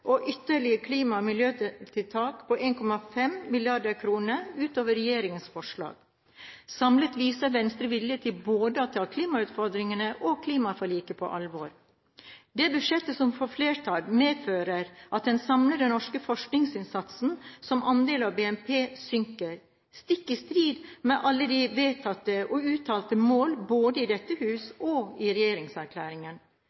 og ytterligere klima- og miljøtiltak på 1,5 mrd. kr. utover regjeringens forslag. Samlet viser Venstre vilje til å ta både klimautfordringene og klimaforliket på alvor. Det budsjettet som får flertall, medfører at den samlede norske forskningsinnsatsen som andel av BNP synker – stikk i strid med alle de vedtatte og uttalte mål, både i dette